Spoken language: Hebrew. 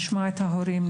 לשמוע את ההורים,